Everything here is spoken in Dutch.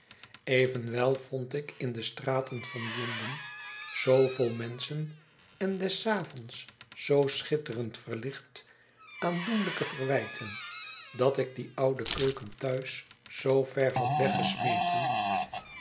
evenwel vond ik in de straten van londen zoo vol menschen en des avonds zoo schitterend verlicht aandoenlijke verwijten dat ik die oude keuken thuis zoo ver had weggesmeten